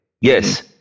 Yes